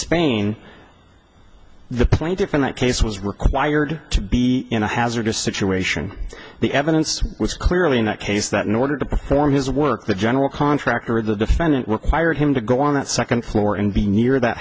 spain the plane different case was required to be in a hazardous situation the evidence was clearly in that case that in order to perform his work the general contractor or the defendant required him to go on that second floor and be near